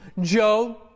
Joe